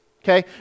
Okay